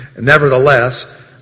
nevertheless